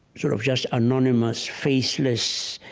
sort of just anonymous, faceless